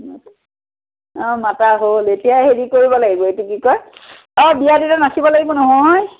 অঁ মাতা হ'ল এতিয়া হেৰি কৰিব লাগিব এইটো কি কয় অঁ বিয়াত এতিয়া নাচিব লাগিব নহয়